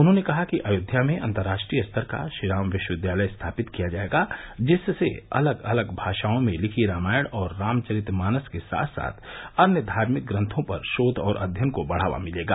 उन्होंने कहा कि अयोध्या में अन्तर्राष्ट्रीय स्तर का श्रीराम विश्वविद्यालय स्थापित किया जाएगा जिससे अलग अलग भाषाओं में लिखी रामायण और रामचरित मानस के साथ साथ अन्य धार्मिक ग्रन्थों पर शोध और अध्ययन को बढ़ावा मिलेगा